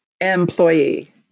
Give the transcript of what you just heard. employee